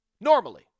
Normally